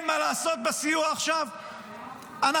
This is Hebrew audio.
----- לאהבתם,